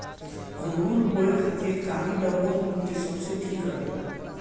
अंगूर बोए खातिर काली दोमट माटी सबसे ठीक रहेला